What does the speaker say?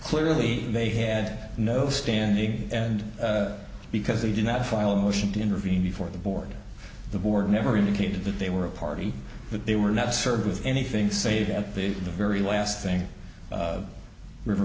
clearly they had no standing and because they did not file a motion to intervene before the board the board never indicated that they were a party that they were not served with anything save at the very last thing river